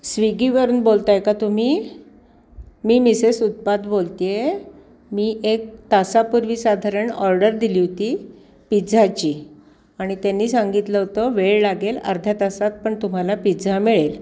स्विगीवरून बोलत आहे का तुम्ही मी मिसेस उत्पात बोलते आहे मी एक तासापूर्वी साधारण ऑर्डर दिली होती पिझ्झाची आणि त्यांनी सांगितलं होतं वेळ लागेल अर्ध्या तासात पण तुम्हाला पिझा मिळेल